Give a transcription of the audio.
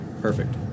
perfect